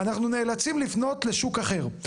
אנחנו נאלצים לפנות לשוק אחר.